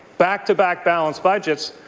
back-to-back balanced budgets,